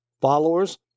followers